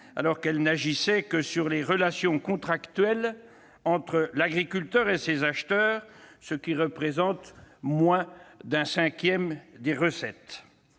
alors qu'il n'agissait que sur les relations contractuelles entre l'agriculteur et ses acheteurs, ce qui représente moins d'un cinquième des recettes